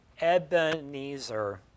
Ebenezer